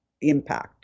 impact